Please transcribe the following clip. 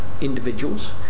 individuals